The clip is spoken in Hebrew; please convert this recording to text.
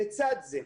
לצד זה,